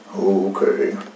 Okay